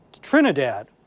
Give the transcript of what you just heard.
Trinidad